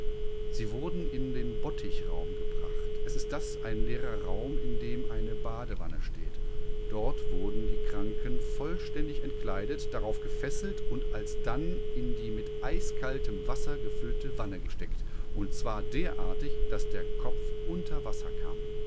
sie wurden in den bottichraum gebracht es ist das ein leerer raum in dem eine badewanne steht dort wurden die kranken vollständig entkleidet darauf gefesselt und alsdann in die mit eiskaltem wasser gefüllte wanne gesteckt und zwar derartig daß der kopf unter wasser kam